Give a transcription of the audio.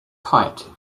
kite